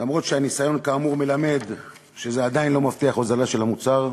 אף שהניסיון כאמור מלמד שזה עדיין לא מבטיח הוזלה של המוצר,